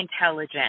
intelligent